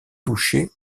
touchées